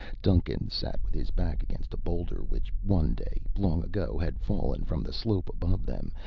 duncan sat with his back against a boulder which one day, long ago, had fallen from the slope above them,